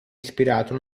ispirato